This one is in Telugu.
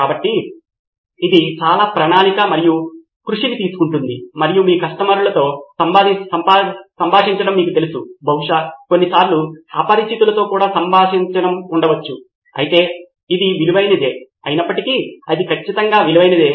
కాబట్టి ఇది చాలా ప్రణాళిక మరియు కృషిని తీసుకుంటుంది మరియు మీ కస్టమర్లతో సంభాషించడం మీకు తెలుసు బహుశా కొన్నిసార్లు అపరిచితులతో కూడా సంభాషించడం ఉండవచ్చు అయితే ఇది విలువైనదే అయినప్పటికీ అది ఖచ్చితంగా విలువైనదే